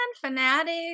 fanatic